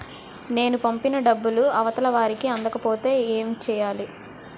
నేను పంపిన డబ్బులు అవతల వారికి అందకపోతే ఏంటి చెయ్యాలి?